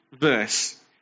verse